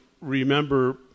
remember